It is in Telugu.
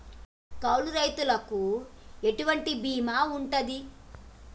కౌలు రైతులకు ఎటువంటి బీమా ఉంటది?